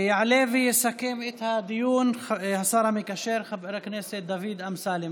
יעלה ויסכם את הדיון השר המקשר חבר הכנסת דוד אמסלם.